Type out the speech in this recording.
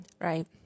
Right